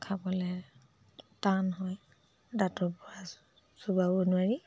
খাবলৈ টান হয় দাঁতৰ পৰা চোবাব নোৱাৰি